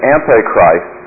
Antichrist